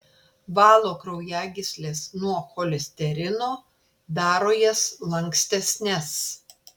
valo kraujagysles nuo cholesterino daro jas lankstesnes